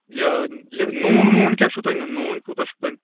یہِ نوٗن ووٗن کیٛاہ چھُو تۅہہِ نِیُن نوٗن کوٗتاہ چھُو تۅہہِ نِیُن